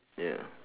ya